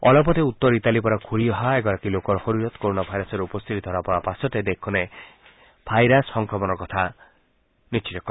অলপতে উত্তৰ ইটালিৰপৰা ঘূৰি অহা এগৰাকী লোকৰ শৰীৰত কৰোণা ভাইৰাছৰ উপস্থিতি ধৰাৰ পাছতে দেশখনে এই ভাইৰাছ সংক্ৰমণৰ কথা নিশ্চিত কৰে